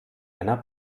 einer